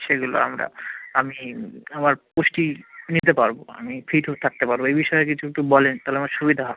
সেগুলো আমরা আমি আমার পুষ্টি নিতে পারব আমি ফিট হয়ে থাকতে পারব এ বিষয়ে কিছু একটু বলেন তাহলে আমার সুবিধা হয়